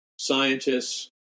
scientists